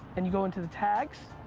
and you go into the tags,